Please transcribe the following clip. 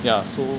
ya so